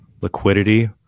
liquidity